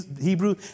Hebrew